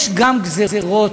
יש גם גזירות,